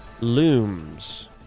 looms